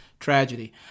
tragedy